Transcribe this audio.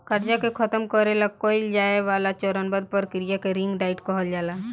कर्जा के खतम करे ला कइल जाए वाला चरणबद्ध प्रक्रिया के रिंग डाइट कहल जाला